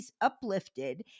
Uplifted